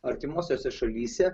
artimosiose šalyse